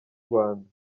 rwanda